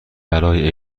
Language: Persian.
برای